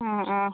അ ആ